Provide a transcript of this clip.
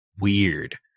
weird